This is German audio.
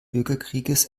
bürgerkrieges